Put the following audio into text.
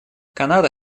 канада